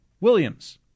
Williams